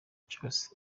cyose